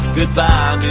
Goodbye